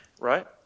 right